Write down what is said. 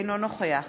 אינו נוכח